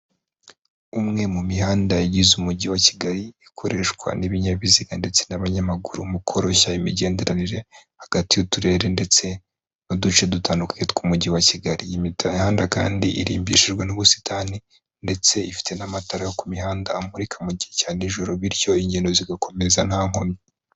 Umwe mu mihanda igize umujyi wa Kigali ikoreshwa n'ibinyabiziga ndetse n'abanyamaguru mu koroshya imigenderanire hagati y'Uturere ndetse n'uduce dutandukanye tw'umujyi wa Kigali. Iyi mihanda kandi irimbishijwe n'ubusitani, ndetse ifite n'amatara yo ku mihanda amurika mu gihe cya nijoro. Bityo ingendo zigakomeza nta nkomyi.